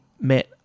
met